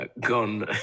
gone